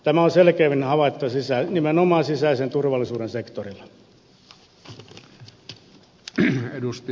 tämä on selkeimmin havaittavissa nimenomaan sisäisen turvallisuuden sektorilla